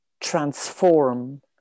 transform